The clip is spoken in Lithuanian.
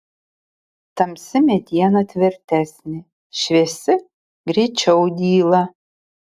tamsi mediena tvirtesnė šviesi greičiau dyla